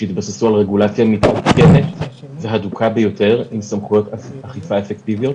שיתבססו על רגולציה מתעדכנת והדוקה ביותר עם סמכויות אכיפה אפקטיביות,